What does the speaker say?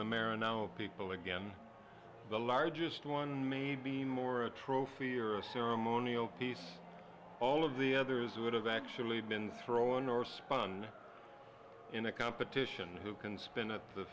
and now of people again the largest one maybe more a trophy or a ceremonial piece all of the others would have actually been thrown or spun in a competition who can spin a